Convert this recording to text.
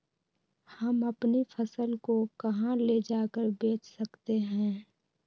हम अपनी फसल को कहां ले जाकर बेच सकते हैं?